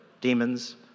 demons